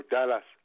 Dallas